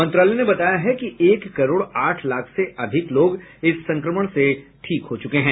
मंत्रालय ने बताया है कि एक करोड आठ लाख से अधिक लोग इस संक्रमण से ठीक हो चुके हैं